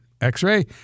x-ray